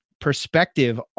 perspective